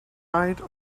hide